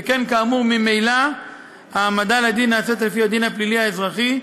שכן כאמור ממילא העמדה לדין נעשית לפי הדין הפלילי האזרחי,